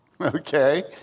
Okay